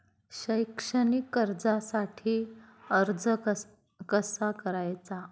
शैक्षणिक कर्जासाठी अर्ज कसा करायचा?